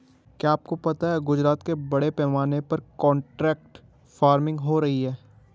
क्या आपको पता है गुजरात में बड़े पैमाने पर कॉन्ट्रैक्ट फार्मिंग हो रही है?